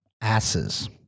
asses